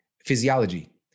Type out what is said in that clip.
physiology